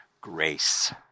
grace